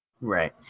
Right